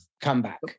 comeback